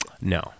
No